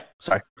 sorry